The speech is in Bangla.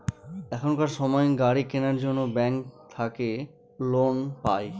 এখনকার সময় গাড়ি কেনার জন্য ব্যাঙ্ক থাকে লোন পাই